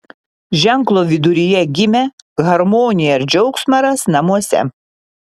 ženklo viduryje gimę harmoniją ir džiaugsmą ras namuose